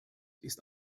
ist